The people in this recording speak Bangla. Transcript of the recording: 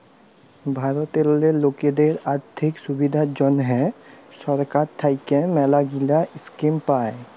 ভারতেল্লে লকদের আথ্থিক সুবিধার জ্যনহে সরকার থ্যাইকে ম্যালাগিলা ইস্কিম পায়